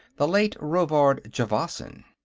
the late rovard javasan.